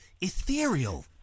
ethereal